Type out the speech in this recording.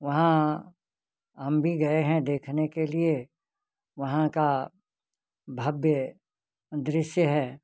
वहाँ हम भी गए हैं देखने के लिए वहाँ का भव्य दृश्य है